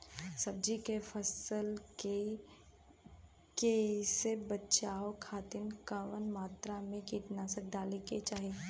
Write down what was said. सब्जी के फसल के कियेसे बचाव खातिन कवन मात्रा में कीटनाशक डाले के चाही?